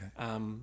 Okay